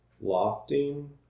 lofting